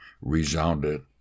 resounded